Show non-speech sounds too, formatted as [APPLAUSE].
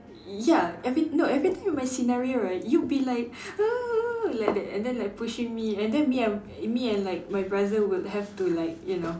ya every no every time my scenario right you'll be like [NOISE] like that and then like pushing me and then me and me and like my brother would have to like you know